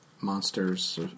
monsters